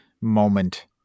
moment